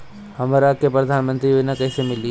हमरा के प्रधानमंत्री योजना कईसे मिली?